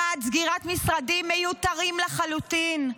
1. סגירת משרדים מיותרים לחלוטין,